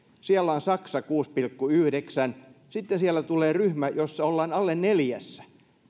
siellä on saksa kuuden pilkku yhdeksännen sitten siellä tulee ryhmä jossa ollaan alle neljässä ja